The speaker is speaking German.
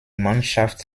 mannschaft